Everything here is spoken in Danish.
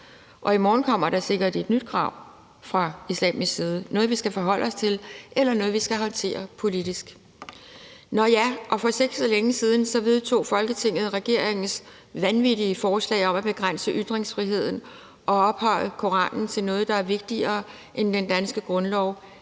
og i morgen kommer der sikkert et nyt krav fra islamisk side, noget, vi skal forholde os til, eller noget, vi skal håndtere politisk. Nå ja, og for ikke så længe siden vedtog Folketinget regeringens vanvittige forslag om at begrænse ytringsfriheden og ophøje Koranen til noget, der er vigtigere end den danske grundlov